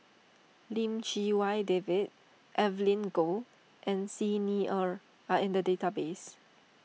Lim Chee Wai David Evelyn Goh and Xi Ni Er are in the database